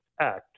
act